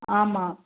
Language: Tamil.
ஆமாம்